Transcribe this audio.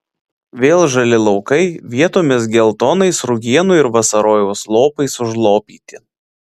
vėl žali laukai vietomis geltonais rugienų ir vasarojaus lopais užlopyti